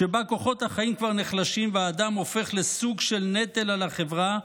שבה כוחות החיים כבר נחלשים והאדם הופך לסוג של נטל על החברה,